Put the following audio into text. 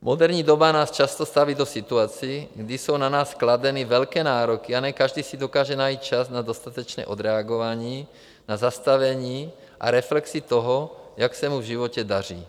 Moderní doba nás často staví do situací, kdy jsou na nás kladeny velké nároky, a ne každý si dokáže najít čas na dostatečné odreagování, na zastavení a reflexi toho, jak se mu v životě daří.